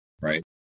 right